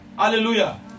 Hallelujah